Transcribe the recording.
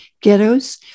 ghettos